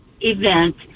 event